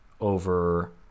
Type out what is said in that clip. over